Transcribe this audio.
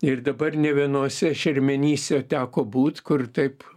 ir dabar ne vienose šermenyse teko būt kur taip